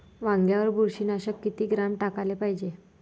वांग्यावर बुरशी नाशक किती ग्राम टाकाले पायजे?